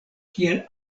kiel